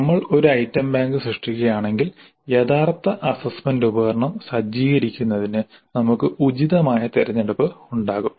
നമ്മൾ ഒരു item bank സൃഷ്ടിക്കുകയാണെങ്കിൽ യഥാർത്ഥ അസ്സസ്സ്മെന്റ് ഉപകരണം സജ്ജീകരിക്കുന്നതിന് നമുക്ക് ഉചിതമായ തിരഞ്ഞെടുപ്പ് ഉണ്ടാകും